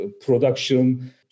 production